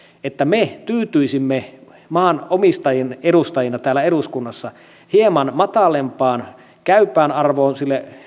että me tyytyisimme maanomistajien edustajina täällä eduskunnassa hieman matalampaan käypään arvoon